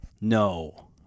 no